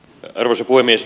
arvoisa puhemies